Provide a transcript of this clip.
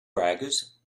braggers